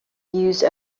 use